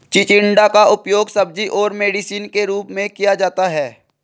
चिचिण्डा का उपयोग सब्जी और मेडिसिन के रूप में किया जाता है